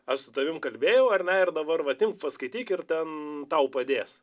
aš su tavim kalbėjau ar ne ir dabar vat imk paskaityk ir ten tau padės